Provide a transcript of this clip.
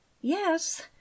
Yes